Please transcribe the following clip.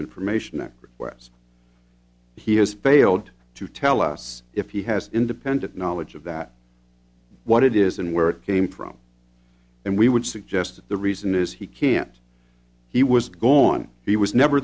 information act requests he has failed to tell us if he has independent knowledge of that what it is and where it came from and we would suggest the reason is he can't he was gone he was never